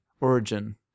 origin